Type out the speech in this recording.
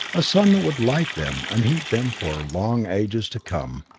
a sun that would light them and heat them for long ages to come.